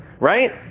Right